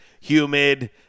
humid